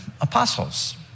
apostles